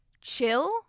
chill